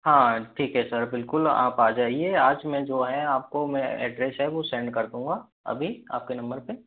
हाँ ठीक है सर बिल्कुल आप आ जाइये आज मैं जो है आप को मैं एड्रेस है वो सेंड कर दूँगा अभी आप के नम्बर पे